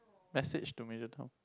message to Major Tom